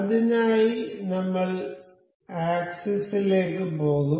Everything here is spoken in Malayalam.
അതിനായി നമ്മൾ ആക്സിസ് ലേക്ക് പോകും